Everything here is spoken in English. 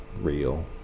real